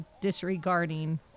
disregarding